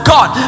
God